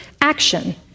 action